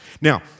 Now